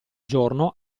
giorno